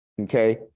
okay